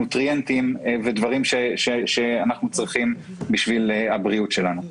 אלא גם נוטריאנטים ודברים שאנחנו צריכים בשביל הבריאות שלנו.